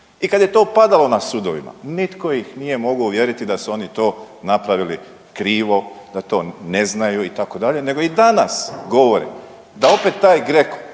I kad je to padalo na sudovima nitko ih nije mogao uvjeriti da su oni to napravili krivo, da to ne znaju itd. nego i danas govore da opet taj GRECO